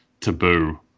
taboo